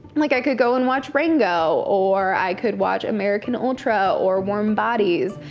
like i could go and watch rango, or i could watch american ultra, or warm bodies.